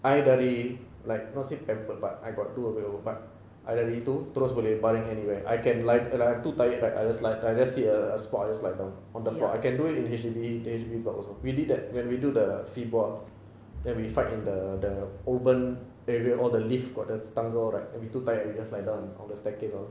I dari like not say pampered but I got do a bit of but I dari itu anywhere I can lie down like I'm too tired right I just sit on a spot and just lie down on the floor I can do it in the H_D_B H_D_B block also we did that when we do the sea board then we fight in the open area all the lift got the tangga all right we too tired we just lie down on the staircase all